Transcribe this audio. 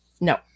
No